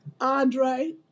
Andre